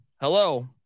Hello